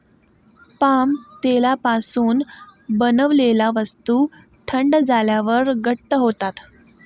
palm तेलापासून बनवलेल्या वस्तू थंड झाल्यावर घट्ट होतात